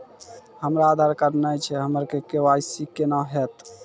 हमरा आधार कार्ड नई छै हमर के.वाई.सी कोना हैत?